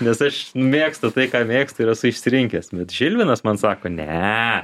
nes aš mėgstu tai ką mėgstu ir esu išsirinkęs bet žilvinas man sako ne